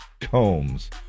Combs